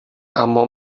اما